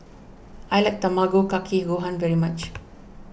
I like Tamago Kake Gohan very much